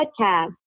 podcast